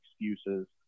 excuses